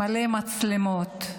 מלא מצלמות.